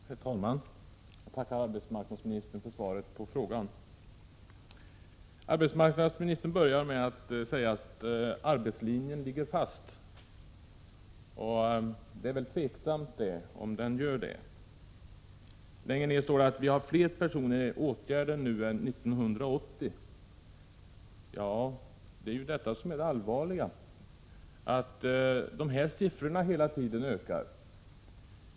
Herr talman! Jag tackar arbetsmarknadsministern för svaret på frågan. Arbetsmarknadsministern börjar med att säga att arbetslinjen ligger fast, men det är väl tveksamt om den gör det. Längre ner i svaret står att vi har fler personer i åtgärder nu än 1980. Ja, det är det som är det allvarliga att dessa siffror hela tiden ökar.